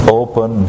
open